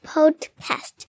Podcast